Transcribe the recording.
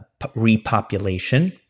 repopulation